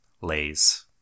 lays